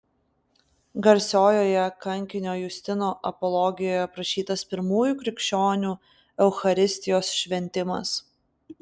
garsiojoje kankinio justino apologijoje aprašytas pirmųjų krikščionių eucharistijos šventimas